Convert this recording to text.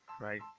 right